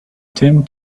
tim